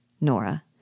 Nora